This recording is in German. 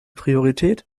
priorität